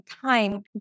time